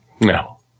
No